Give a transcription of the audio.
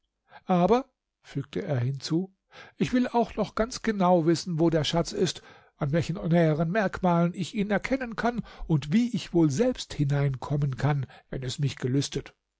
aber fügte er hinzu ich will auch noch ganz genau wissen wo der schatz ist an welchen näheren merkmalen ich ihn erkennen und wie ich wohl selbst hineinkommen kann wenn es mich gelüstet